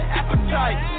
appetite